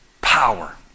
power